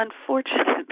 unfortunately